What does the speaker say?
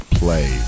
play